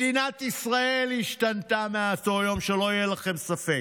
מדינת ישראל השתנתה מאותו יום, שלא יהיה לכם ספק.